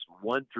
one